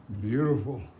Beautiful